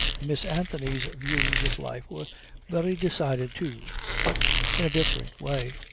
miss anthony's views of life were very decided too but in a different way.